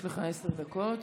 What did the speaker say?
לך עשר דקות.